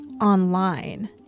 online